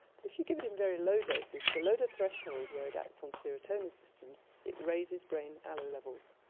but if you give it in very low doses, below the threshold where it acts on serotonin systems, it raises brain allo levels.